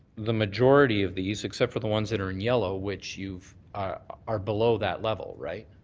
the majority of these, except for the ones that are in yellow, which you are are below that level, right?